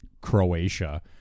Croatia